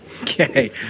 Okay